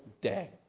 day